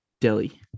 Delhi